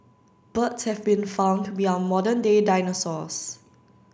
birds have been found to be our modern day dinosaurs